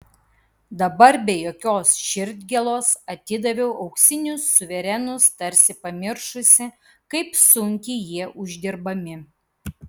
dabar be jokios širdgėlos atidaviau auksinius suverenus tarsi pamiršusi kaip sunkiai jie uždirbami